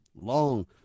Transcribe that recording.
long